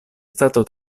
stato